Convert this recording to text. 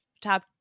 top